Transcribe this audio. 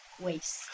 waste